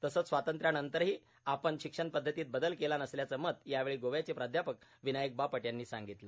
तसंच स्वातंत्र्यानंतरही आपण शिक्षण पध्दतीत बदल केला नसल्याचं मत यावेळी गोव्याचे प्राध्यापक विनायक बापट यांनी सांगितलं